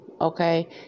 okay